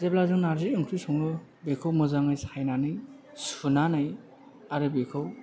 जेब्ला जों नार्जि ओंख्रि सङो बेखौ मोजाङै सायनानै सुनानै आरो बिखौ